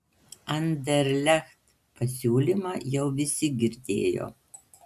anderlecht pasiūlymą jau visi girdėjo